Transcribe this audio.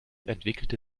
entwickelte